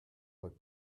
what